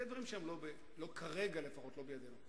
אלה דברים שכרגע לפחות הם לא בידינו.